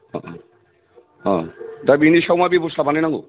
दा बिनि सायाव मा बेबस्था बानायनांगौ